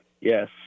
Yes